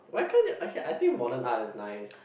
why can't ya okay I think modern art is nice